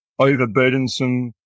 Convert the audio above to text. overburdensome